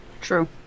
True